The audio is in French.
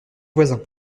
voisin